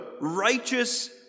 righteous